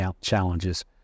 challenges